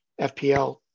FPL